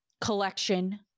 collection